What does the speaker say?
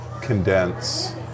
condense